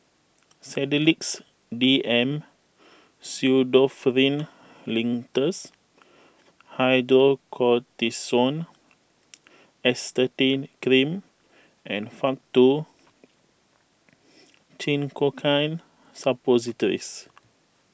Sedilix D M Pseudoephrine Linctus Hydrocortisone Acetate Cream and Faktu Cinchocaine Suppositories